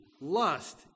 lust